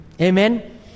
Amen